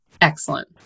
Excellent